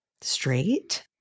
straight